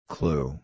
Clue